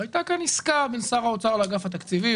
הייתה כאן עסקה בין שר האוצר לאגף התקציבים.